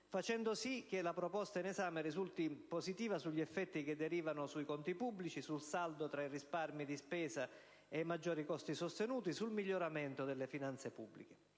facendo sì che la proposta in esame risulti positiva sugli effetti che derivano sui conti pubblici, sul saldo tra risparmi di spesa e maggiori costi sostenuti, sul miglioramento delle finanze pubbliche.